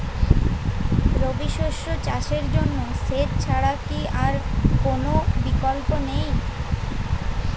রবি শস্য চাষের জন্য সেচ ছাড়া কি আর কোন বিকল্প নেই?